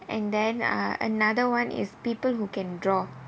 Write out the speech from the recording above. and then uh another one is people who can draw